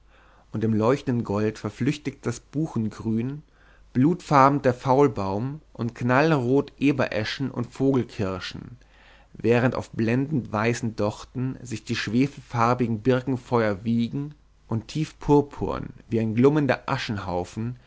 und im leuchtenden gold verflüchtigt das buchengrün blutfarben der faulbaum und knallrot ebereschen und vogelkirschen während auf blendend weißen dochten sich die schwefelfarbigen birkenfeuer wiegen und tiefpurpurn wie ein